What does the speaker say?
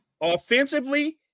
offensively